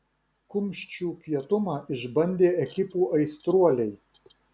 kumščių kietumą išbandė ekipų aistruoliai